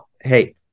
hey